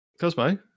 Cosmo